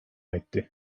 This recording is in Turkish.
etti